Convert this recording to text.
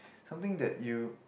something that you